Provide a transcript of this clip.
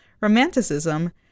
Romanticism